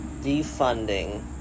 defunding